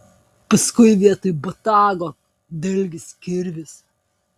paskui vietoj botago dalgis kirvis